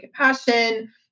compassion